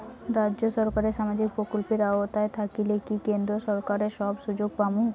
রাজ্য সরকারের সামাজিক প্রকল্পের আওতায় থাকিলে কি কেন্দ্র সরকারের ওই সুযোগ পামু?